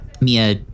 Mia